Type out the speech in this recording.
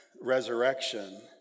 resurrection